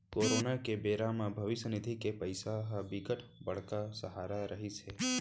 corona के बेरा म भविस्य निधि के पइसा ह बिकट बड़का सहारा रहिस हे